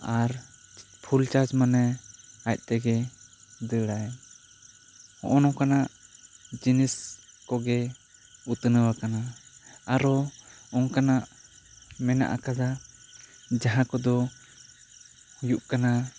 ᱟᱨ full charge ᱢᱟᱱᱮ ᱟᱡ ᱛᱮᱜᱮ ᱫᱟᱹᱲᱟᱭ ᱱᱚᱜᱼᱚᱭ ᱱᱚᱝᱠᱟᱱᱟᱜ ᱡᱤᱱᱤᱥ ᱠᱚᱜᱮ ᱩᱛᱱᱟᱹᱣ ᱟᱠᱟᱱᱟ ᱟᱨᱚ ᱚᱝᱠᱟᱱᱟᱜ ᱢᱮᱱᱟᱜ ᱟᱠᱟᱫᱟ ᱡᱟᱦᱟᱸ ᱠᱚᱫᱚ ᱦᱩᱭᱩᱜ ᱠᱟᱱᱟ